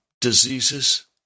diseases